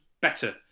better